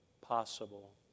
possible